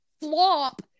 flop